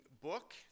book